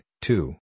two